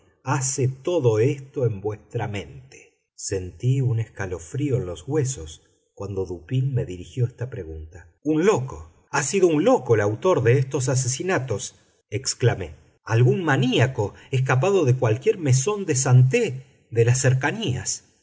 hace todo esto en vuestra mente sentí un escalofrío en los huesos cuando dupín me dirigió esta pregunta un loco ha sido un loco el autor de estos asesinatos exclamé algún maníaco escapado de cualquier maison de santé de las cercanías